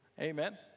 Amen